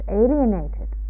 alienated